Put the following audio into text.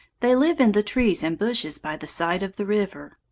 they live in the trees and bushes by the side of the river.